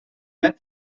met